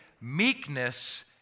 meekness